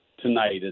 tonight